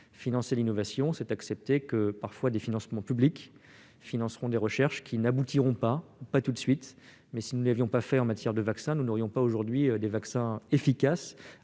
Financer l'innovation, c'est accepter que des financements publics soutiennent des recherches qui n'aboutiront pas, ou pas tout de suite. Si nous ne l'avions pas fait en matière vaccinale, nous n'aurions pas aujourd'hui des vaccins efficaces